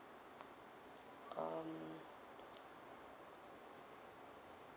um